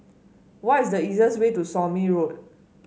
what is the easiest way to Somme Road